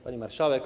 Pani Marszałek!